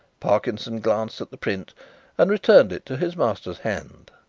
parkinson glanced at the print and returned it to his master's hand.